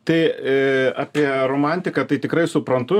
tai apie romantiką tai tikrai suprantu